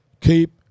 keep